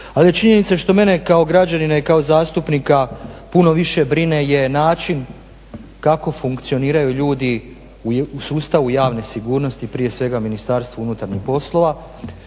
je činjenica što mene kao građanina i kao zastupnika puno više brine je način kako funkcioniraju ljudi u sustavu javne sigurnosti, prije svega Ministarstvu unutarnjih poslova,